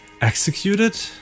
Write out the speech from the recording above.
Executed